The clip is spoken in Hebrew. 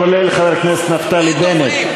כולל חבר הכנסת נפתלי בנט,